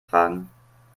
fragen